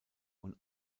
und